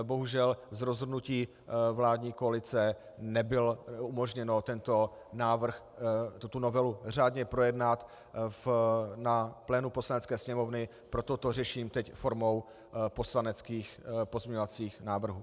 Bohužel z rozhodnutí vládní koalice nebylo umožněno tuto novelu řádně projednat na plénu Poslanecké sněmovny, proto to řeším teď formou poslaneckých pozměňovacích návrhů.